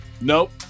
nope